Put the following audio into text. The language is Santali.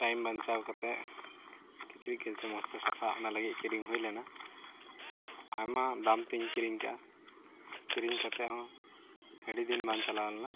ᱴᱟᱭᱤᱢ ᱵᱟᱧᱪᱟᱣ ᱠᱟᱛᱮ ᱠᱤᱪᱨᱤᱡ ᱡᱟᱛᱮ ᱢᱚᱡᱽ ᱛᱮ ᱥᱟᱯᱷᱟᱜ ᱚᱱᱟ ᱞᱟᱹᱜᱤᱫ ᱠᱤᱨᱤᱧ ᱦᱩᱭ ᱞᱮᱱᱟ ᱟᱭᱢᱟ ᱫᱟᱢ ᱛᱤᱧ ᱠᱤᱨᱤᱧ ᱠᱟᱜᱼᱟ ᱠᱤᱨᱤᱧ ᱠᱟᱛᱮ ᱦᱚᱸ ᱟᱹᱰᱤ ᱫᱤᱱ ᱵᱟᱝ ᱪᱟᱞᱟᱣ ᱞᱮᱱᱟ